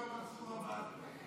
רק מה אומר מנסור עבאס בעניין?